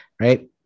right